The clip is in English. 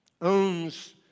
owns